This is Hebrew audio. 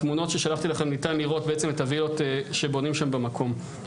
בתמונות ששלחתי אליכם ניתן לראות את הווילות שבונים שם במקום.